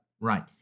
Right